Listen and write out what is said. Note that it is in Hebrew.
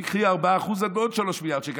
את בעוד 3 מיליארד שקל.